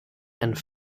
and